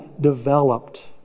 developed